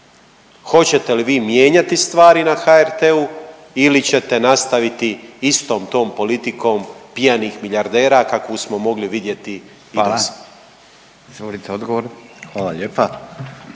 Hoćete li vi mijenjati stvari na HRT-u ili ćete nastaviti istom tom politikom pijanih milijardera kakvu smo mogli vidjeti i dosad. **Radin, Furio (Nezavisni)**